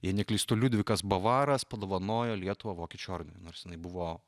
jei neklystu liudvikas bavaras padovanojo lietuvą vokiečių ordinu nors jinai buvo